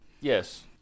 Yes